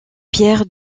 pierre